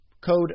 code